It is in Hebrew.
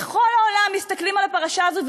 בכל העולם מסתכלים על הפרשה הזאת,